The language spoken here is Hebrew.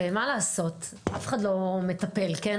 ומה לעשות, אף אחד לא מטפל, כן?